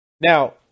now